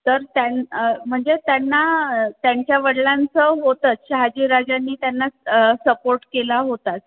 तर त्यां म्हणजे त्यांना त्यांच्या वडीलांचं होतंच शहाजीराजांनी त्यांना सपोर्ट केला होताच